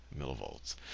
millivolts